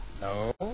No